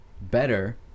better